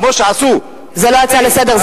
כמו שעשו, זו לא הצעה לסדר.